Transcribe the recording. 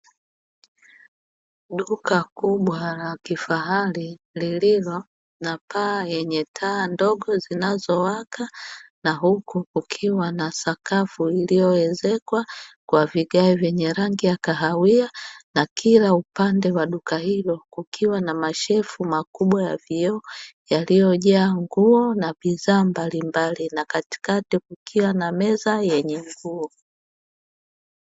Duka kubwa la kifahari lililo na paa lenye taa ndogo zinazowaka na huku ukiwa na sakafu iliyoezekwa kwa vigae vyenye rangi ya kahawia, na kila upande wa duka hilo kukiwa na mashelfu makubwa ya vyoo yaliyojaa nguo na bidhaa mbalimbali na katikati kukiwa na meza yenye nguo.